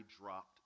dropped